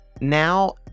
now